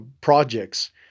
projects